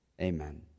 Amen